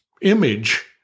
image